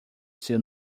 seu